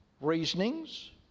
Reasonings